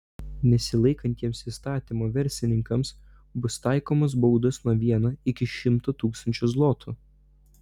nesilaikantiems įstatymo verslininkams bus taikomos baudos nuo vieno iki šimto tūkstančio zlotų